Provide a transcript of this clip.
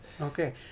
Okay